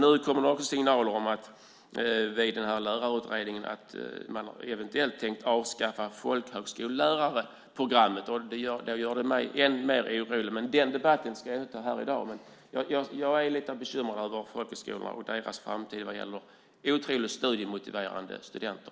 Nu kommer det också signaler om, i den här lärarutredningen, att man eventuellt tänker avskaffa folkhögskollärarprogrammet. Det gör mig ännu mer orolig. Den debatten ska jag inte ha här i dag. Men jag är lite bekymrad över folkhögskolorna och deras framtid vad gäller otroligt studiemotiverade studenter.